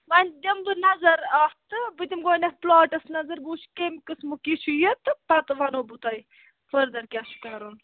وۄنۍ دِمہٕ بہٕ نَظر اَکھ تہٕ بہٕ دِمہٕ گۄڈٕنٮ۪تھ پُلاٹَس نَظر بہٕ وُچھِ کَمہِ قٕسمُک یہِ چھُ یہِ تہٕ پَتہٕ وَنہو بہٕ تۄہہِ فٔردَر کیٛاہ چھُ کَرُن